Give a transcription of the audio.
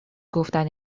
گفتن